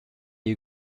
you